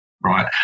right